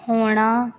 ਹੋਣਾ